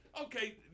Okay